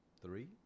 three